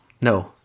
No